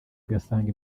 ugasanga